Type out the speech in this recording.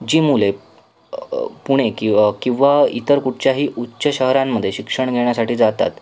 जी मुले पुणे कि किंवा इतर कुठच्याही उच्च शहरांमध्ये शिक्षण घेण्यासाठी जातात